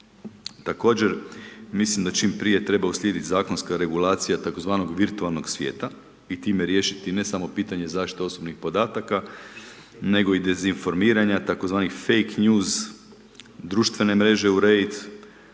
Također mislim da čim prije treba uslijediti zakonska regulacija tako zvanog virtualnog svijeta i time riješiti ne samo pitanje zaštite osobnih podataka, nego i dezinformiranja tako zvanih fake news, društvene mreže uredit,